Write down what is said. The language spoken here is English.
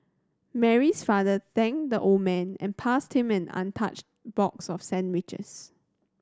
Mary's father thanked the old man and passed him an untouched box of sandwiches